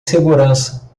segurança